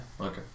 Okay